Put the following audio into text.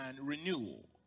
renewal